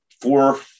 four